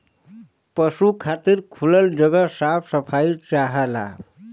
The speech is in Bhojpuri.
पसु खातिर खुलल जगह साफ सफाई चाहला